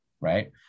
Right